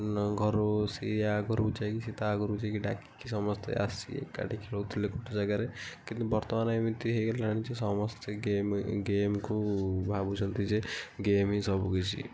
ଘରୁ ସିଏ ୟା ଘରକୁ ଯାଇକି ସିଏ ତା ଘରକୁ ଯାଇକି ଡାକିକି କି ସମସ୍ତେ ଆସି ଏକାଠି ଖେଳୁଥିଲେ ଗୋଟେ ଜାଗାରେ କିନ୍ତୁ ବର୍ତ୍ତମାନ ଏମିତି ହେଇଗଲାଣି ଯେ ସମସ୍ତେ ଗେମ୍କୁ ଗେମ୍କୁ ଭାବୁଛନ୍ତି ଯେ ଗେମ୍ ହିଁ ସବୁ କିଛି